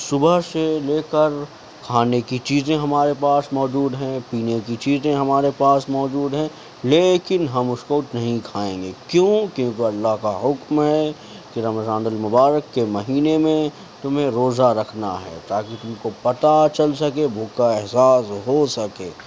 صبح سے لے کر کھانے کی چیزیں ہمارے پاس موجود ہیں پینے کی چیزیں ہمارے پاس موجود ہیں لیکن ہم اس کو نہیں کھائیں گے کیوں کیونکہ اللہ کا حکم ہے کہ رمضان المبارک کے مہینے میں تمہیں روزہ رکھنا ہے تاکہ تم کو پتہ چل سکے بھوک کا احساس ہو سکے